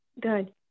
good